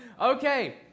Okay